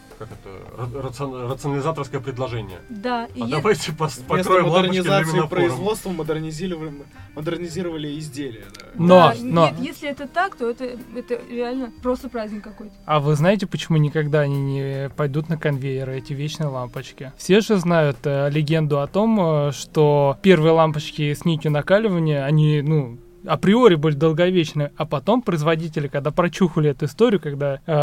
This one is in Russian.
Как это? Рацион- рационализаторское предложение. Да, и е- А давайте пос- Вместо покроем лампочки модернизации люминофором. производства модернизировали- модернизировали изделия, да. Да, Но- но- нет, если это так, то это- это реально просто праздник какой-то. А вы знаете, почему никогда они не пойдут на конвейеры, эти вечные лампочки? Все же знают, э, легенду о том, э, что первые лампочки с нитью накаливания, они, ну, априори были долговечны, а потом производители, когда прочухали эту историю, когда, э